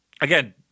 Again